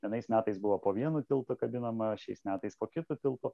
vienais metais buvo po vienu tiltu kabinama šiais metais po kitu tiltu